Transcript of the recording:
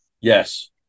Yes